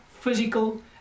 physical